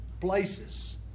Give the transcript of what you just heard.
places